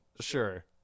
Sure